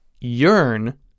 yearn